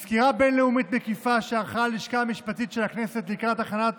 מסקירה בין-לאומית מקיפה שערכה הלשכה המשפטית של הכנסת לקראת הכנת